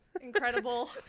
incredible